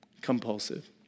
compulsive